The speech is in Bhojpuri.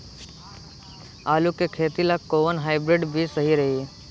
आलू के खेती ला कोवन हाइब्रिड बीज सही रही?